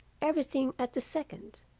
everything at the second.